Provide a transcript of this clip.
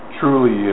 truly